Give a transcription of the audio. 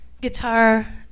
guitar